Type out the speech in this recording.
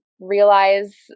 realize